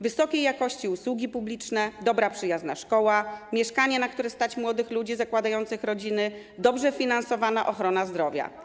Wysokiej jakości usługi publiczne, dobra przyjazna szkoła, mieszkanie, na które stać młodych ludzi zakładających rodziny, dobrze finansowana ochrona zdrowia.